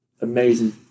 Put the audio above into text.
amazing